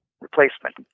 replacement